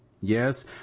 Yes